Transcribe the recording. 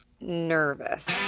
nervous